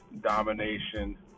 Domination